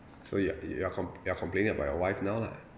so you're you are com~ you are complaining about your wife now lah